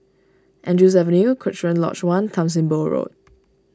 Andrews Avenue Cochrane Lodge one Tan Sim Boh Road